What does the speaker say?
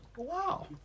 wow